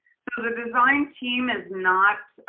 so the design team is not,